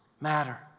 matter